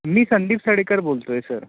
मी संदीप साडेकर बोलतोय सर